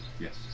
Yes